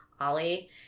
Ollie